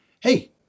hey